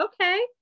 okay